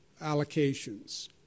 allocations